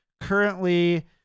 Currently